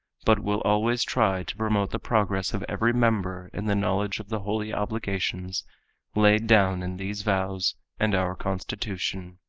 but will always try to promote the progress of every member in the knowledge of the holy obligations laid down in these vows and our constitution.